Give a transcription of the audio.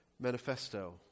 Manifesto